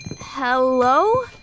Hello